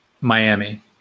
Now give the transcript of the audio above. Miami